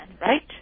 right